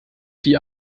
die